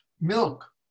milk